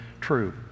true